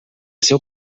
seu